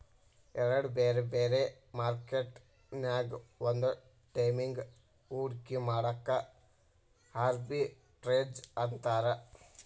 ಎರಡ್ ಬ್ಯಾರೆ ಬ್ಯಾರೆ ಮಾರ್ಕೆಟ್ ನ್ಯಾಗ್ ಒಂದ ಟೈಮಿಗ್ ಹೂಡ್ಕಿ ಮಾಡೊದಕ್ಕ ಆರ್ಬಿಟ್ರೇಜ್ ಅಂತಾರ